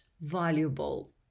valuable